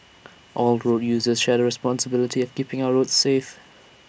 all road users share the responsibility keeping our roads safe